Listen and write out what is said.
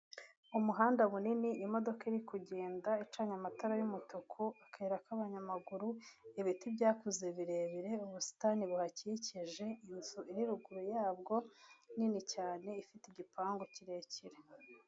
Umuhanda munini imodoka iri kugenda icanana amatara y'umutuku akayira k'abanyamaguru ibiti byakuze birebire ubusitani buhakikije inzu iruguru yabwo nini cyane ifite igipangu kirekire.